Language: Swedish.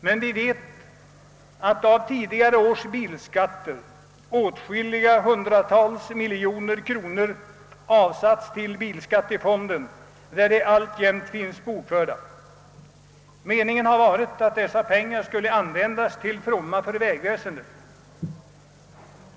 Men vi vet att av tidigare års bilskatter åtskilliga hundratal miljoner kronor avsatts till automobilskattefonden, där de alltjämt finns bokförda. Meningen har varit att dessa pengar skulle användas till fromma för vägväsendet.